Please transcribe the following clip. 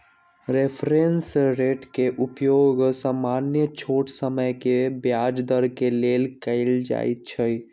reference rate के उपयोग सामान्य छोट समय के ब्याज दर के लेल कएल जाइ छइ